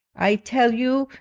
i tell you,